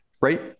Right